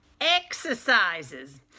exercises